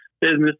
business